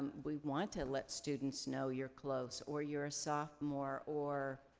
we want to let students know you're close or you're a sophomore or,